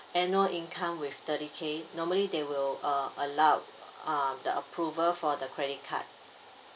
annual income with thirty K normally they will uh allow uh the approval for the credit card